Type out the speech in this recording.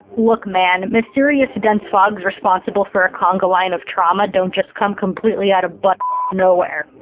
look man, mysterious dense fogs responsible for a conga line of trauma don't just come completely out of buttf nowhere.